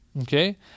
Okay